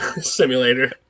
simulator